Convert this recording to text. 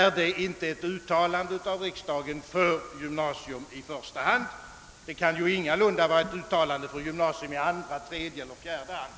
Är det inte ett uttalande av riksdagen för gymnasium i första hand? Det kan ju ingalunda vara ett uttalande för gymnasium i andra, tredje eller fjärde hand.